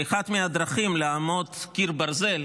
ואחת מהדרכים לעמוד כקיר ברזל,